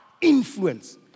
influence